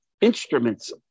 instruments